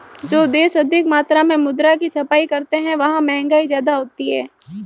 जो देश अधिक मात्रा में मुद्रा की छपाई करते हैं वहां महंगाई ज्यादा होती है